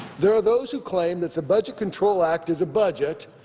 there are those who claim that the budget control act is a budget,